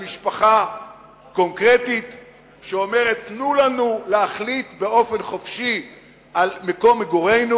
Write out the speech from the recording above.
על משפחה קונקרטית שאומרת: תנו לנו להחליט באופן חופשי על מקום מגורינו.